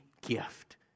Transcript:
gift